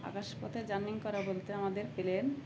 আকাশপথে জার্নি করা বলতে আমাদের প্লেন